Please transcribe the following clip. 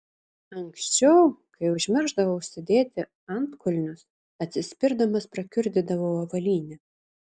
anksčiau kai užmiršdavau užsidėti antkulnius atsispirdamas prakiurdydavau avalynę